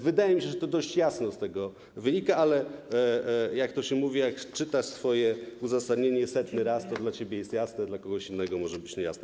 Wydaje mi się, że to dość jasno z tego wynika, ale jak to się mówi, jak czytasz swoje uzasadnienie setny raz, to dla ciebie jest jasne, dla kogoś innego może być niejasne.